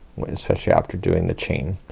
when especially after doing the chain.